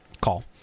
call